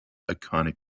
iconic